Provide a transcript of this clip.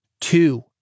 Two